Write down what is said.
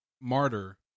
martyr